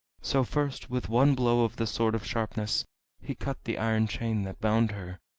so first with one blow of the sword of sharpness he cut the iron chain that bound her,